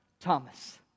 Thomas